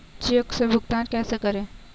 Check से भुगतान कैसे करें?